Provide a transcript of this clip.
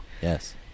yes